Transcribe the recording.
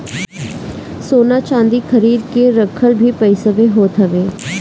सोना चांदी खरीद के रखल भी पईसवे होत हवे